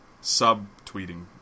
Sub-tweeting